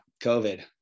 COVID